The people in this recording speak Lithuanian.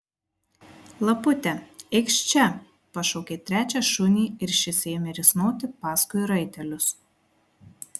lapute eikš čia pašaukė trečią šunį ir šis ėmė risnoti paskui raitelius